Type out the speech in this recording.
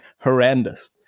horrendous